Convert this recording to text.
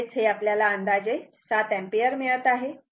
म्हणजेच हे आपल्याला अंदाजे 7 एंपियर मिळत आहे